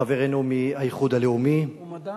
חברנו מהאיחוד הלאומי, הוא מדען.